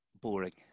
boring